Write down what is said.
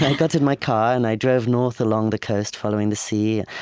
and got in my car, and i drove north along the coast following the sea.